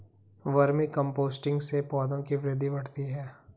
vermi composting से पौधों की वृद्धि बढ़ती है